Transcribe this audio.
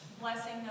blessing